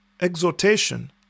exhortation